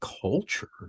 culture